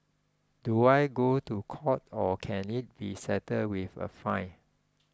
do I go to court or can it be settled with a fine